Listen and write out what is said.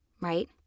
right